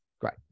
Great